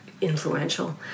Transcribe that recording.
influential